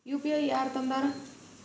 UPI ಯಾರ್ ತಂದಾರ?